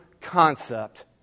concept